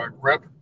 grip